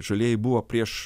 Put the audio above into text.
žalieji buvo prieš